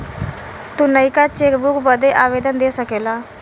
तू नयका चेकबुक बदे आवेदन दे सकेला